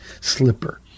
slipper